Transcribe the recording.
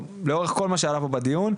לאורך כל מה שעלה פה בדיון,